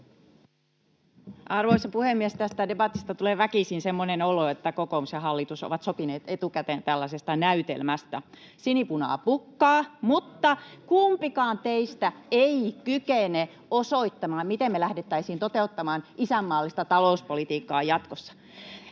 Arvoisa puhemies! Tästä debatista tulee väkisin semmoinen olo, että kokoomus ja hallitus ovat sopineet etukäteen tällaisesta näytelmästä. Sinipunaa pukkaa, mutta kumpikaan teistä ei kykene osoittamaan, miten me lähdettäisiin toteuttamaan isänmaallista talouspolitiikkaa jatkossa.